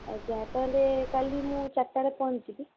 ଆଜ୍ଞା ତା'ହେଲେ କାଲି ମୁଁ ଚାରିଟାରେ ପହଞ୍ଚିଯିବି